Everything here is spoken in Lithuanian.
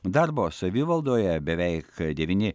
darbo savivaldoje beveik devyni